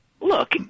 look